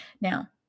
Now